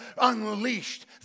unleashed